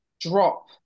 drop